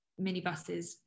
minibuses